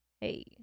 Hey